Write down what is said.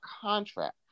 contract